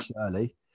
Shirley